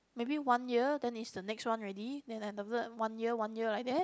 maybe one year then is the next one already then after that one year one year like that